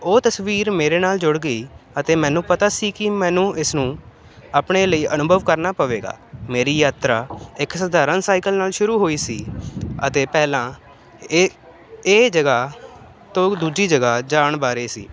ਉਹ ਤਸਵੀਰ ਮੇਰੇ ਨਾਲ ਜੁੜ ਗਈ ਅਤੇ ਮੈਨੂੰ ਪਤਾ ਸੀ ਕਿ ਮੈਨੂੰ ਇਸ ਨੂੰ ਆਪਣੇ ਲਈ ਅਨੁਭਵ ਕਰਨਾ ਪਵੇਗਾ ਮੇਰੀ ਯਾਤਰਾ ਇੱਕ ਸਧਾਰਨ ਸਾਈਕਲ ਨਾਲ ਸ਼ੁਰੂ ਹੋਈ ਸੀ ਅਤੇ ਪਹਿਲਾਂ ਇਹ ਇਹ ਜਗ੍ਹਾ ਤੋਂ ਦੂਜੀ ਜਗ੍ਹਾ ਜਾਣ ਬਾਰੇ ਸੀ